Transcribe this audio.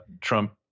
Trump